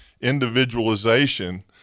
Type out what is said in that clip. individualization